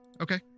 Okay